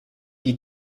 die